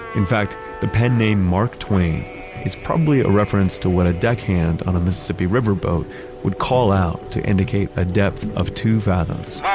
in fact, the pen name mark twain is probably a reference to what a deckhand on a mississippi riverboat would call out to indicate a depth of two fathoms